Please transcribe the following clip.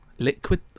Liquid